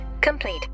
complete